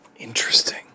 Interesting